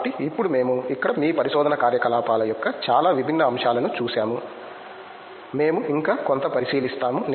కాబట్టి ఇప్పుడు మేము ఇక్కడ మీ పరిశోధనా కార్యకలాపాల యొక్క చాలా విభిన్న అంశాలను చూశాము మేము ఇంకా కొంత పరిశీలిస్తాము